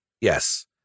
Yes